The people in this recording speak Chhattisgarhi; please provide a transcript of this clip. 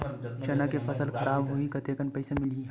चना के फसल खराब होही कतेकन पईसा मिलही?